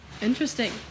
Interesting